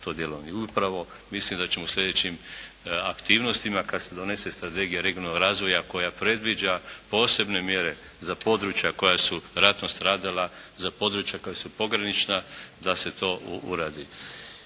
to djelovanje. I upravo mislim da ćemo u sljedećim aktivnostima, kad se donese Strategija regionalnog razvoja koja predviđa posebne mjere za područja koja su ratom stradala, za područja koja su pogranična da se to uradi.